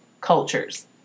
cultures